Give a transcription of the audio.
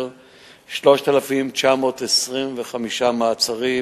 3,925 מעצרים,